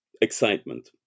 excitement